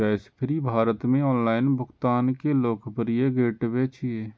Cashfree Bharat मे online भुगतान के लोकप्रिय गेटवे छियै